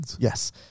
Yes